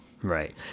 Right